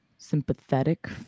sympathetic